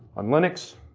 on linux,